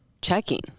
checking